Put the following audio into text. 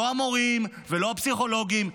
לא המורים ולא הפסיכולוגים.